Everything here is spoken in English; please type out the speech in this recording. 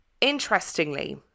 Interestingly